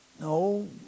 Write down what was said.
no